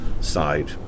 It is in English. side